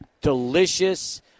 delicious